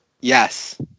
Yes